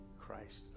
Christ